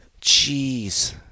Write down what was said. Jeez